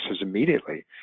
immediately